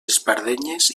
espardenyes